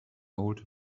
old